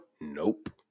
Nope